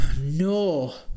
no